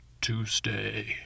Tuesday